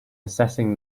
assessing